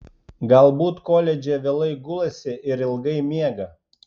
galbūt koledže vėlai gulasi ir ilgai miega